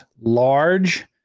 large